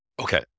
Okay